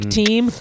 team